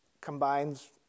combines